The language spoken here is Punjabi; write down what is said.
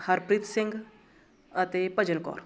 ਹਰਪ੍ਰੀਤ ਸਿੰਘ ਅਤੇ ਭਜਨ ਕੌਰ